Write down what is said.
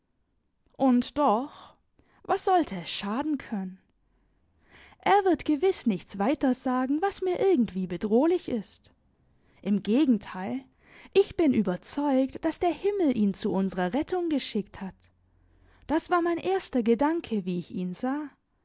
und doch was sollte es schaden können er wird gewiß nichts weitersagen was mir irgendwie bedrohlich ist im gegenteil ich bin überzeugt daß der himmel ihn zu unserer rettung geschickt hat das war mein erster gedanke wie ich ihn sah